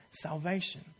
salvation